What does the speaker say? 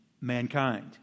mankind